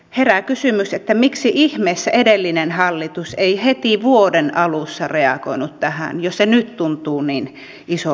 herää kysymys miksi ihmeessä edellinen hallitus ei heti vuoden alussa reagoinut tähän jos se nyt tuntuu niin isolta asialta